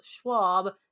Schwab